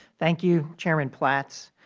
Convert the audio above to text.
thank you, chairman platts,